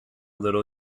little